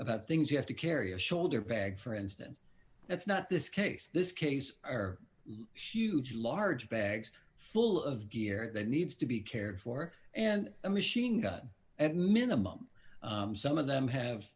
about things you have to carry a shoulder bag for instance that's not this case this case are huge large bags full of gear that needs to be cared for and a machine gun at a minimum some of them have